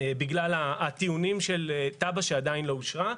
בגלל הטיעונים של תב"ע שעדיין לא אושרה.